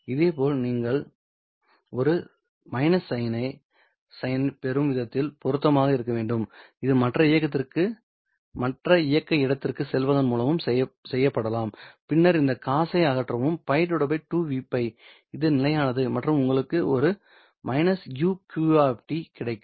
இதேபோல் நீங்கள் ஒரு sin ஐ பெறும் விதத்தில் பொருத்தமாக இருக்க வேண்டும் இது மற்ற இயக்க இடத்திற்குச் செல்வதன் மூலமும் செய்யப்படலாம் பின்னர் இந்த cos ஐ அகற்றவும் π 2Vπ இது நிலையானது மற்றும் உங்களுக்கு ஒரு -uq கிடைக்கும்